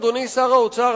אדוני שר האוצר,